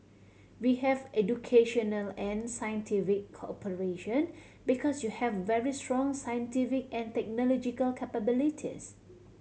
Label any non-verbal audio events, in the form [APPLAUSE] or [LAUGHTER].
we have educational and [UNINTELLIGIBLE] cooperation because you have very strong scientific and technological capabilities